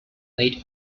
late